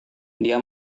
dia